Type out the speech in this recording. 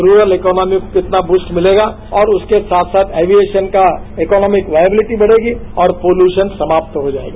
rural economy को कितना boost मिलेगा और उसके साथ साथ एविएशन का इकोनॉमिक बायब्लिटीबढ़ेगी और पाल्यूशन समाप्त हो जायेगा